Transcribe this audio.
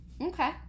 Okay